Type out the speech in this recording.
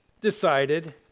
decided